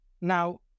now